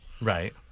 right